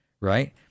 right